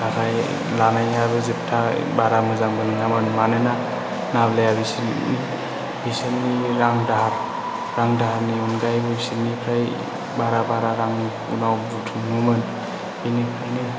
नाथाय लानायाबो जोबथा बारा मोजांबो नङामोन मानोना नाब्लाया बिसोरनि बिसोरनि रां दाहार रां दाहारनि अनगायैबो बिसोरनिफ्राय बारा बारा रां उनाव बुथुमोमोन बिनिखायनो